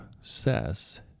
says